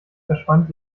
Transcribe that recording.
verschwand